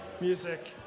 music